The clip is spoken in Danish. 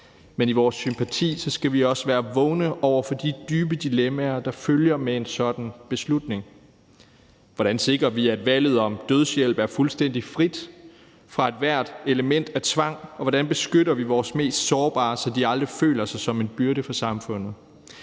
Men i vores sympati skal vi også være vågne over for de dybe dilemmaer, der følger med en sådan beslutning. Hvordan sikrer vi, at valget om dødshjælp er fuldstændig frit fra ethvert element af tvang? Og hvordan beskytter vi vores mest sårbare, så de aldrig føler sig som en byrde for samfundet?